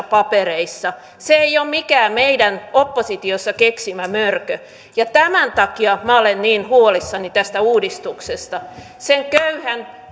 papereissa se ei ole mikään meidän oppositiossa keksimä mörkö ja tämän takia minä olen niin huolissani tästä uudistuksesta sen köyhän